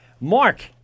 Mark